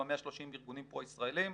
יש בה 130 ארגונים פרו ישראליים.